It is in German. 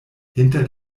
hinter